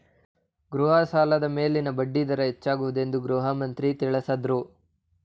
ಗೃಹ ಸಾಲದ ಮೇಲಿನ ಬಡ್ಡಿ ದರ ಹೆಚ್ಚಾಗುವುದೆಂದು ಗೃಹಮಂತ್ರಿ ತಿಳಸದ್ರು